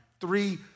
Three